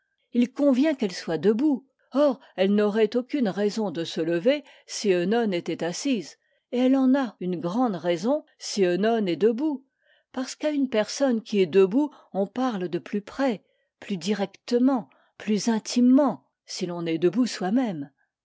il convient qu'elle soit debout or elle n'aurait aucune raison de se lever si œnone était assise et elle en a une grande raison si œnone est debout parce qu'à une personne qui est debout on parle de plus près plus directement plus intimement si l'on est debout